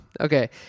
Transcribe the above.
Okay